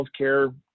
healthcare